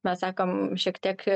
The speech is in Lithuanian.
mes sakom šiek tiek